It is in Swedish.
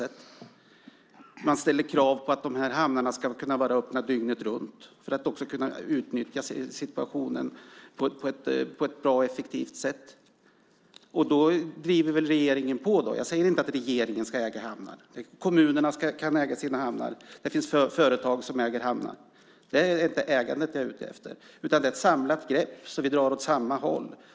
Det ställs krav på att hamnarna ska vara öppna dygnet runt så att de kan utnyttjas på ett bra och effektivt sätt. Då driver väl regeringen på. Jag säger inte att regeringen ska äga hamnar. Kommunerna kan äga sina hamnar. Det finns företag som äger hamnar. Jag är inte ute efter ägandet utan ett samlat grepp så att vi drar åt samma håll.